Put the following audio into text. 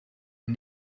een